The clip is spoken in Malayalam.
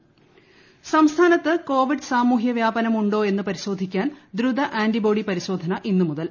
ആൻറിബോഡി പരിശോധന സംസ്ഥാനത്ത് കോവിഡ് സാമൂഹ്യ വ്യാപനം ഉണ്ടോ എന്ന് പരിശോധിക്കാൻ ദ്രുത ആൻറിബോഡി പരിശോധന ഇന്ന് മുതൽ